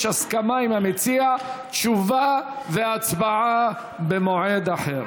יש הסכמה עם המציע לתשובה והצבעה במועד אחר.